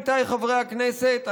עמיתיי חברי הכנסת,